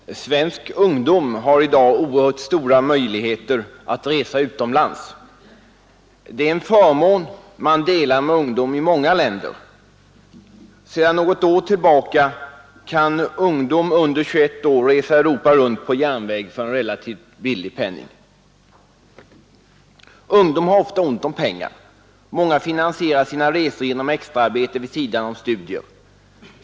Herr talman! Svensk ungdom har i dag oerhört stora möjligheter att resa utomlands. Detta är en förmån som man delar med ungdom i många länder. Sedan några år tillbaka kan ungdom under 21 år resa Europa runt på järnväg för en relativt billig penning. Ungdom har ofta ont om pengar. Många finansierar sina resor genom extraarbete vid sidan om studier.